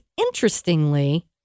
interestingly